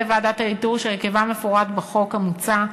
ועדת איתור שהרכבה מפורט בחוק המוצע,